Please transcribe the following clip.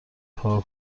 کار